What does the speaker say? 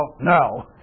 no